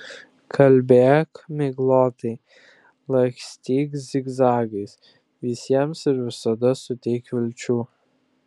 kalbėk miglotai lakstyk zigzagais visiems ir visada suteik vilčių